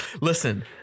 Listen